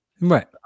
Right